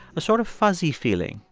a sort of fuzzy feeling,